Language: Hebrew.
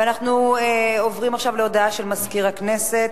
אנחנו עוברים עכשיו להודעה של מזכיר הכנסת.